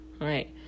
right